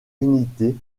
unité